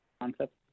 concept